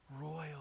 royal